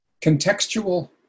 contextual